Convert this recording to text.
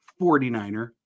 49er